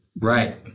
Right